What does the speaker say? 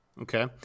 Okay